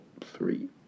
three